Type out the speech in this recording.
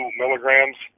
milligrams